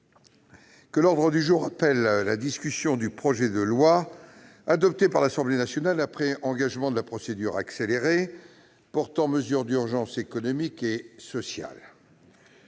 L'ordre du jour appelle la discussion du projet de loi, adopté par l'Assemblée nationale après engagement de la procédure accélérée, portant mesures d'urgence économiques et sociales